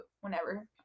whenever